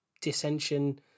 dissension